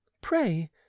Pray